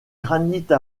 granite